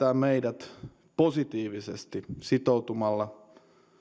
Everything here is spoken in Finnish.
yllättää meidät positiivisesti sitoutumalla